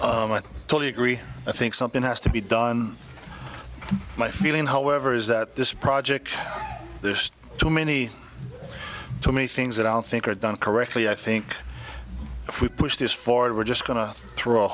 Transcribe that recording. but totally agree i think something has to be done my feeling however is that this project this too many too many things that i don't think are done correctly i think if we push this forward we're just going to throw a